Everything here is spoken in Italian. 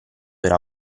era